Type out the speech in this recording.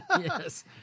yes